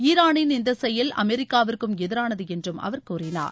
ஈரானின் இந்த செயல் அமெரிக்காவிற்கும் எதிரானது என்று அவர் கூறினார்